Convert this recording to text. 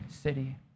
city